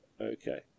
Okay